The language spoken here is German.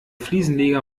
fliesenleger